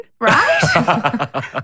right